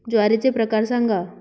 ज्वारीचे प्रकार सांगा